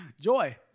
Joy